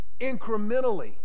incrementally